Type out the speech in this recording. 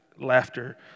laughter